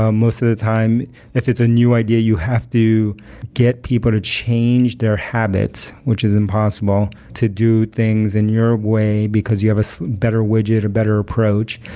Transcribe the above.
most of the time if it's a new idea you have to get people to change their habits, which is impossible to do things in your way, because you have a so better widget, a better approach.